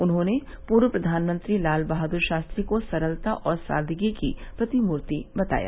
उन्होंने पूर्व प्रघानमंत्री लाल बहाद्र शास्त्री को सरलता और सादगी की प्रतिमूर्ति बताया